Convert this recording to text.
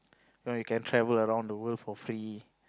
you know you can travel around the world for free